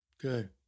Good